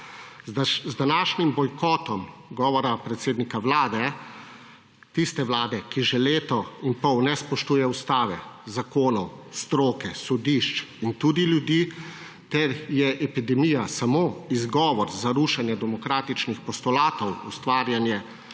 Z današnjim bojkotom govora predsednika vlade, tiste vlade, ki že leto in pol ne spoštuje ustave, zakonov, stroke, sodišč in tudi ljudi ter je epidemija samo izgovor za rušenje demokratičnih postulatov, ustvarjanje